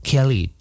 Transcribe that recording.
Kelly